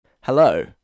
Hello